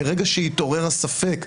מרגע שהתעורר הספק,